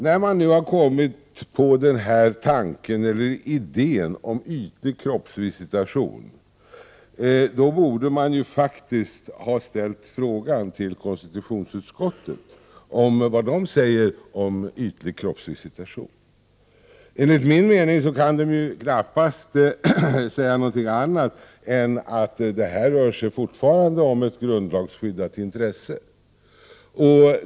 När man nu har kommit på idén med ytlig kroppsvisitation borde man ha ställt frågan vad konstitutionsutskottet anser om ytlig kroppsvisitation. Enligt min mening kan konstitutionsutskottet knappast säga någonting annat än att det fortfarande rör sig om ett grundlagsskyddat intresse.